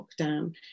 lockdown